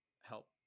help